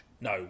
No